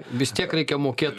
vis tiek reikia mokėt